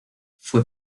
fue